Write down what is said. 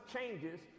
changes